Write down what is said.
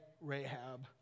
Rahab